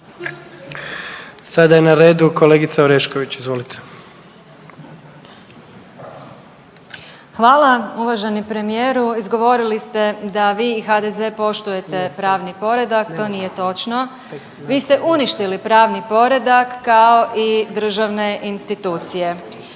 (Stranka s imenom i prezimenom)** Hvala. Uvaženi premijeru izgovorili ste da vi i HDZ poštujete pravni poredak, to nije točno. Vi ste uništili pravni poredak kao i državne institucije.